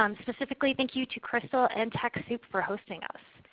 um specifically, thank you to crystal and techsoup for hosting us.